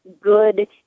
good